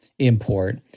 import